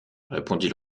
répondit